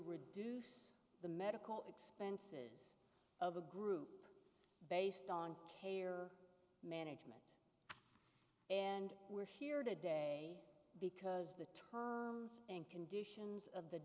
reduce the medical expenses of a group based on management and we're here today because the terms and conditions of the